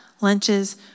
lunches